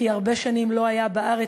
כי הרבה שנים לא היה בארץ,